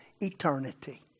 eternity